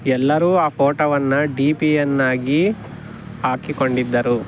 ಎಲ್ಲರೂ ಆ ಫೋಟೋವನ್ನು ಡಿ ಪಿಯನ್ನಾಗಿ ಹಾಕಿಕೊಂಡಿದ್ದರು